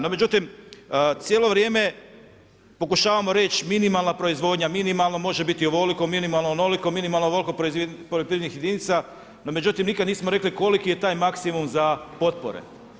No međutim, cijelo vrijeme pokušavamo reć minimalna proizvodnja, minimalno može biti ovoliko, minimalno onoliko poljoprivrednih jedinica, no međutim nikada nismo rekli koliki je taj maksimum za potpore.